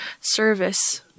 service